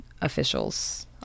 officials